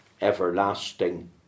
everlasting